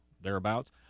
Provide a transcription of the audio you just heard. thereabouts